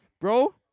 bro